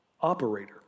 operator